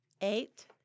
eight